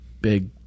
big